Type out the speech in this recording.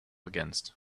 against